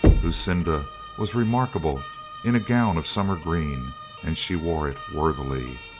lucinda was remarkable in a gown of sum mer green and she wore it worthily.